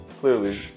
clearly